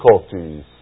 difficulties